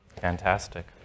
fantastic